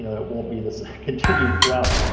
it won't be the continued drop,